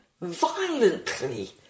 violently